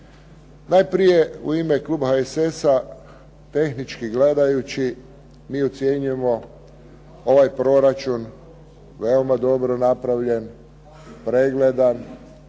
Najprije u ime kluba HSS-a tehnički gledajući mi ocjenjujemo ovaj proračun veoma dobro napravljen, pregledan,